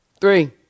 Three